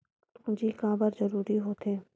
पूंजी का बार जरूरी हो थे?